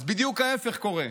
אז בדיוק ההפך קורה.